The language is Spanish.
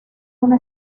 una